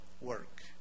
work